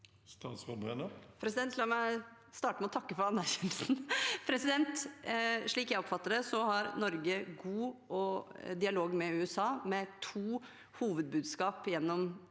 La meg starte med å takke for anerkjennelsen. Slik jeg oppfatter det, har Norge god dialog med USA og to hovedbudskap gjennom